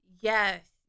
Yes